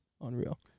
unreal